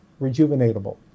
rejuvenatable